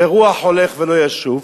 ורוח הולך ולא ישוב,